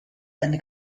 eine